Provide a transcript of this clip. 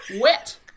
wet